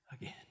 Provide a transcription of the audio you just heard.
again